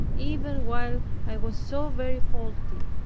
even while i was so very faulty.